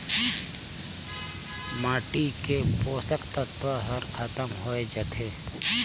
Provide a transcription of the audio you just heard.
माटी के पोसक तत्व हर खतम होए जाथे